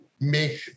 make